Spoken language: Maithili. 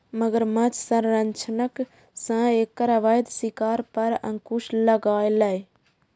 मगरमच्छ संरक्षणक सं एकर अवैध शिकार पर अंकुश लागलैए